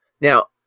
Now